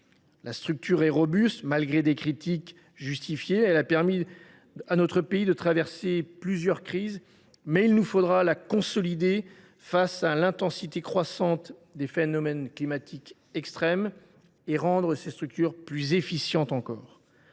La structure est robuste. Malgré des critiques justifiées, elle a permis à notre pays de traverser plusieurs crises. Il nous faudra néanmoins la consolider face à l’intensité croissante des phénomènes climatiques extrêmes et la rendre plus efficiente encore.